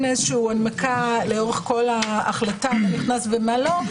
איזושהי הנמקה לאורך כל ההחלטה מה נכנס ומה לא.